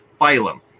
phylum